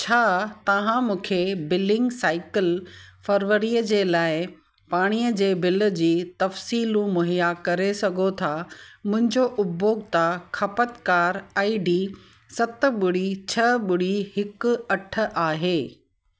छा तव्हां मूंखे बिलींग साइकल फरवरीअ जे लाऐ पाणीअ जे बिल जी तफ़सीलु मुहिया करे सघो था मुंहिंजो उपभोक्ता ख़पतकारु आई डी सत ॿुड़ी छ ॿुड़ी हिकु अठ आहे